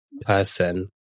person